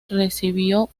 recibió